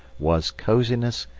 was cosiness,